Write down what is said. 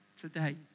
today